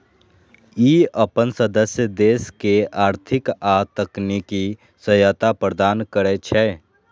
ई अपन सदस्य देश के आर्थिक आ तकनीकी सहायता प्रदान करै छै